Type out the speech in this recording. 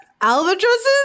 Albatrosses